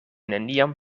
neniam